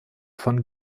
von